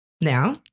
Now